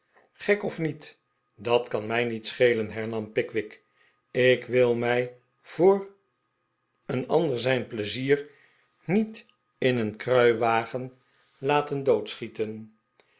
gek of niet dat kan mij niet schelen hernam pickwick m ik wil mij voor een ander zijn pleizier niet in een kruiwagen la ten doodschieten